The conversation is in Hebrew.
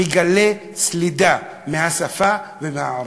מגלים סלידה מהשפה ומהערבים.